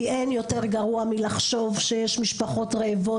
כי אין יותר גרוע מלחשוב שיש משפחות רעבות,